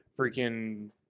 freaking